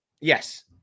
Yes